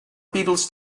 beatles